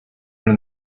when